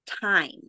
time